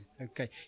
Okay